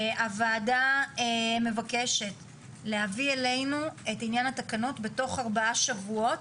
הוועדה מבקשת להביא אלינו את עניין התקנות בתוך ארבעה שבועות,